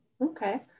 Okay